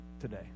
today